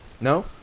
No